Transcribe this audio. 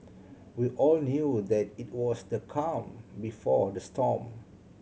we all knew that it was the calm before the storm